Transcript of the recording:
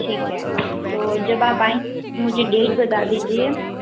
ठीक है तो जब आप आएँ मुझे डेट बता दीजिए